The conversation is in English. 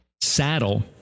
saddle